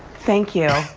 thank you.